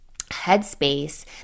headspace